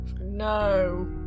No